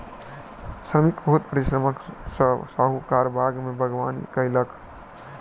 श्रमिक बहुत परिश्रम सॅ साहुकारक बाग में बागवानी कएलक